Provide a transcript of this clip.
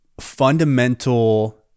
fundamental